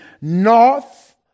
north